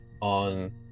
on